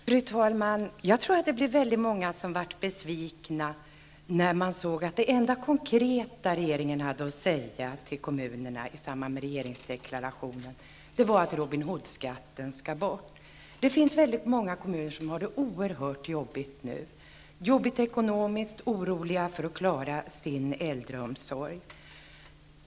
Fru talman! Jag tror att väldigt många blev besvikna, när de såg att det enda konkreta regeringen hade att säga till kommunerna i samband med regeringsdeklarationen var att Robin Hood-skatten skall bort. Väldigt många kommuner har det nu oerhört jobbigt ekonomiskt. De är oroliga för att de inte klarar sin äldreomsorg.